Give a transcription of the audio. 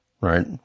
right